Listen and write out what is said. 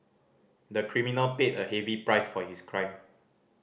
the criminal paid a heavy price for his crime